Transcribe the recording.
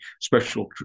special